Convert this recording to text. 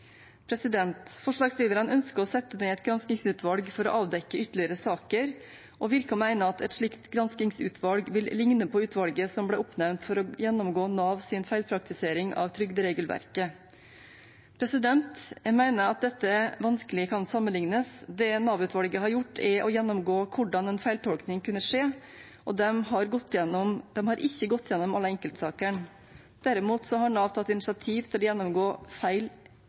Forslagsstillerne ønsker å sette ned et granskingsutvalg for å avdekke ytterligere saker og virker å mene at et slikt granskingsutvalg vil ligne på utvalget som ble oppnevnt for å gjennomgå Navs feilpraktisering av trygderegelverket. Jeg mener at dette vanskelig kan sammenlignes. Det Nav-utvalget har gjort, er å gjennomgå hvordan en feiltolkning kunne skje, og de har ikke gått gjennom alle enkeltsakene. Derimot har Nav tatt initiativ til å gjennomgå